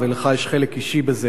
ולך יש חלק אישי בזה,